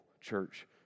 church